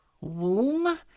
womb